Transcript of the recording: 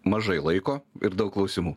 mažai laiko ir daug klausimų